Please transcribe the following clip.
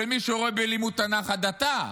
של מי שרואה בלימוד תנ"ך הדתה.